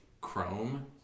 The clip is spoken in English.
chrome